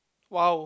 !wow!